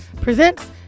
Presents